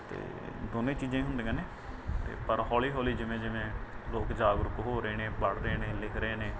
ਅਤੇ ਦੋਨੇਂ ਚੀਜ਼ਾਂ ਹੀ ਹੁੰਦੀਆਂ ਨੇ ਅਤੇ ਪਰ ਹੌਲੀ ਹੌਲੀ ਜਿਵੇਂ ਜਿਵੇਂ ਲੋਕ ਜਾਗਰੂਕ ਹੋ ਰਹੇ ਨੇ ਪੜ੍ਹ ਰਹੇ ਨੇ ਲਿਖ ਰਹੇ ਨੇ